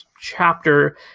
chapter